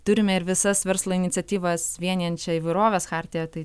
turime ir visas verslo iniciatyvas vienijančią įvairovės chartiją tai